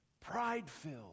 Pride-filled